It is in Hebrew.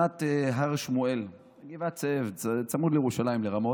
שכונת הר שמואל בגבעת זאב, צמוד לירושלים, לרמות.